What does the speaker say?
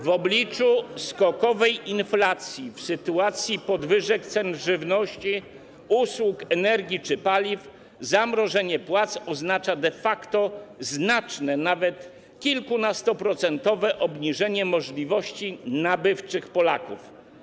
W obliczu skokowej inflacji, w sytuacji podwyżek cen żywności, usług, energii czy paliw zamrożenie płac oznacza de facto znaczne, nawet kilkunastoprocentowe obniżenie możliwości nabywczych Polaków.